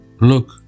Look